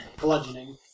Bludgeoning